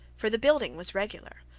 for the building was regular,